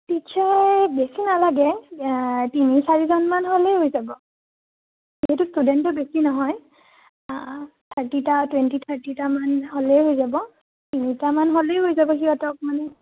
teacher বেছি নালাগে তিনি চাৰিজনমান হ'লেই হৈ যাব যিহেতু ষ্টুডেণ্টো বেছি নহয় থাৰ্টিটা টুৱেণ্টি থাৰ্টিটামান হ'লেই হৈ যাব তিনিটামান হ'লেই হৈ যাব সিহঁতক মানে